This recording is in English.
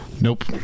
Nope